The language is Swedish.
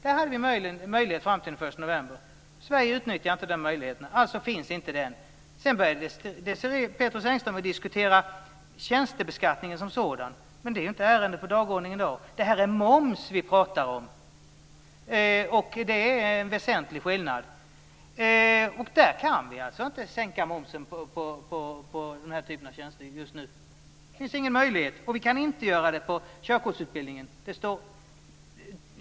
Där hade vi en möjlighet fram till den 1 november, men Sverige utnyttjade inte den möjligheten. Alltså finns inte den. Sedan börjar Desirée Pethrus Engström att diskutera tjänstebeskattningen som sådan. Men det är ju inget ärende på dagordningen i dag! Det är moms som vi pratar om, och det är en väsentlig skillnad. Vi kan inte sänka momsen på den här typen av tjänster just nu. Det finns ingen möjlighet. Och vi kan inte göra det på körkortsutbildningen heller.